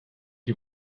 die